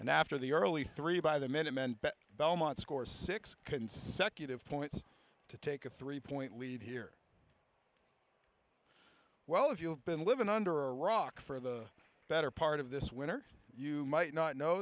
and after the early three by the minute men bet belmont score six consecutive points to take a three point lead here well if you've been living under a rock for the better part of this winter you might not know